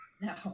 No